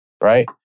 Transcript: Right